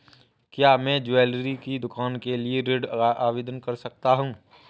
क्या मैं ज्वैलरी की दुकान के लिए ऋण का आवेदन कर सकता हूँ?